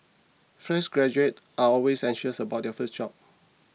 fresh graduates are always anxious about their first job